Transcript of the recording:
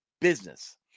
business